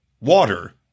water